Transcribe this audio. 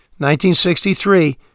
1963